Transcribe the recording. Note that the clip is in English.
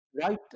Right